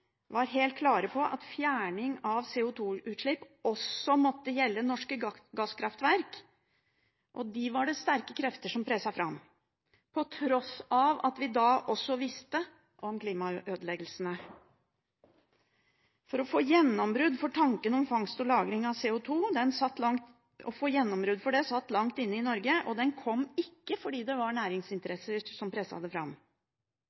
var jo at SV var helt klar på at fjerning av CO2-utslipp også måtte gjelde norske gasskraftverk. De var det sterke krefter som presset fram, på tross av at vi da visste om klimaødeleggelsene. Å få gjennombrudd for tanken om fangst og lagring av CO2 satt langt inne i Norge. Det kom ikke fordi det var næringsinteresser som presset det fram,